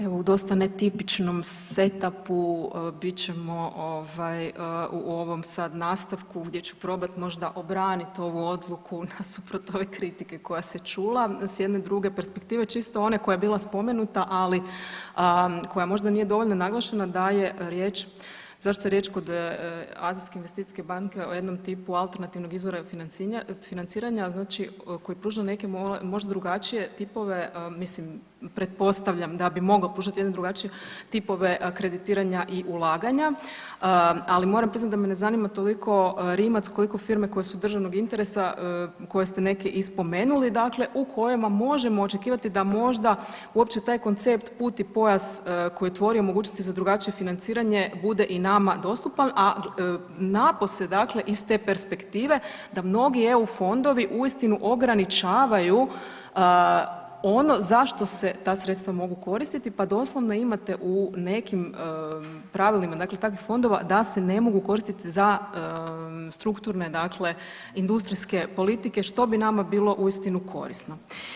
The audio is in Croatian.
Evo u dosta netipičnom setapu bit ćemo ovaj u ovom sad nastavku gdje ću probat možda obranit ovu odluku nasuprot ove kritike koja se čula s jedne druge perspektive čisto one koja je bila spomenuta, ali koja možda nije dovoljno naglašena da je riječ, zašto je riječ kod Azijske investicijske banke o jednom tipu alternativnog izvora financiranja, znači koji pruža neke možda drugačije tipove, mislim pretpostavljam da bi mogao pružat jedne drugačije tipove kreditiranja i ulaganja, ali moram priznat da me ne zanima toliko Rimac koliko firme koje su od državnog interesa koje ste neke i spomenuli, dakle u kojima možemo očekivati da možda uopće taj koncept put i pojas koji je tvorio mogućnosti za drugačije financiranje bude i nama dostupan, a napose dakle iz te perspektive da mnogi EU fondovi uistinu ograničavaju ono za što se ta sredstva mogu koristiti, pa doslovno imate u nekim pravilima, dakle takvih fondova da se ne mogu koristiti za strukturne dakle industrijske politike što bi nama bilo uistinu korisno.